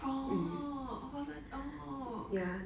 orh orh orh